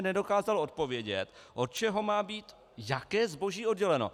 Nedokázal mi odpovědět, od čeho má být jaké zboží odděleno.